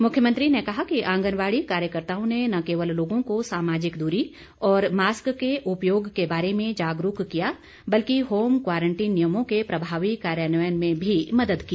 मुख्यमंत्री ने कहा कि आंगनबाड़ी कार्यकर्ताओं ने न केवल लोगों को सामाजिक दूरी और मास्क के उपयोग के बारे में जागरूक किया बल्कि होम क्वारंटीन नियमों के प्रभावी कार्यान्वयन में भी मदद की